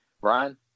Brian